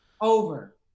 Over